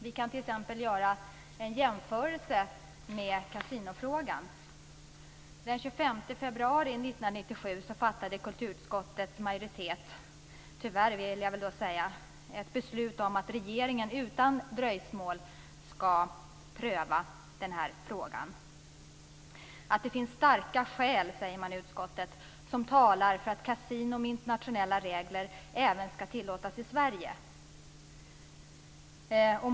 Vi kan t.ex. göra en jämförelse med kasinofrågan. Den 25 februari 1997 fattade kulturutskottets majoritet - tyvärr vill jag säga - ett beslut om att regeringen utan dröjsmål skulle pröva den frågan. Det finns starka skäl, sade man i utskottet, som talar för att kasinon med internationella regler skall tillåtas i Sverige.